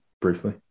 briefly